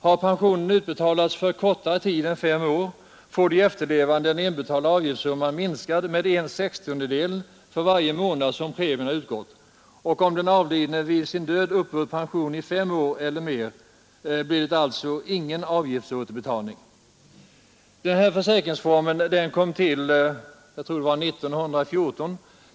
Har pensionen utbetalats för kortare tid än fem år får de efterlevande den inbetalda avgiftssumman minskad med 1/60 för varje månad som premierna utgått. Om den avlidne vid sin död uppburit pension i fem år eller mer, blir det alltså ingen avgiftsåterbetalning. Denna försäkringsform kom till 1914.